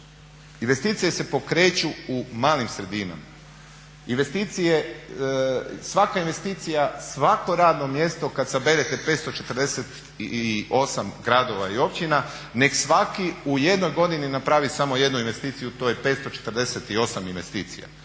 Investicije se pokreću u malim sredinama. Investicije, svaka investicija, svako radno mjesto kada saberete 548 gradova i općina neka svaki u jednoj godini napravi samo jednu investiciju to je 548 investicija.